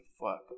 fuck